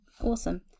awesome